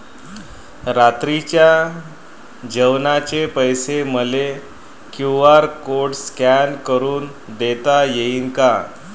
रात्रीच्या जेवणाचे पैसे मले क्यू.आर कोड स्कॅन करून देता येईन का?